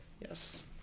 Yes